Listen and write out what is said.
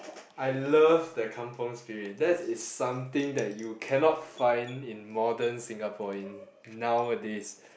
I love the kampung-spirit that is something that you cannot find in modern Singapore in nowadays